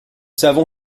savons